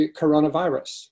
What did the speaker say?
coronavirus